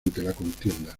contienda